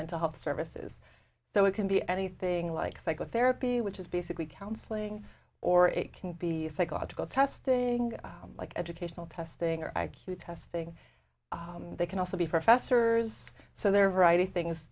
mental health services so it can be anything like psychotherapy which is basically counseling or it can be psychological testing like educational testing or i q testing they can also be professors so there are variety things